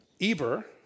Eber